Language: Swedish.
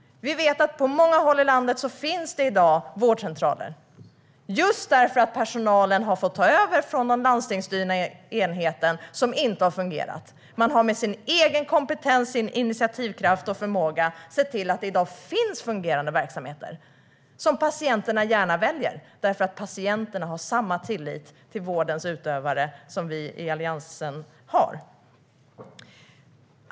Vi vet att det på många håll i landet i dag finns vårdcentraler, just därför att personalen har fått ta över vårdcentraler från den landstingsstyrda enheten som inte har fungerat. Man har med sin egen kompetens, initiativkraft och förmåga sett till att det i dag finns fungerande verksamheter som patienterna gärna väljer, därför att patienterna har samma tillit till vårdens utövare som vi i Alliansen har.